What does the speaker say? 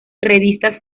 revistas